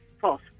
False